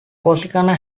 corsicana